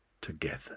together